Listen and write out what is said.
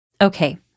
Okay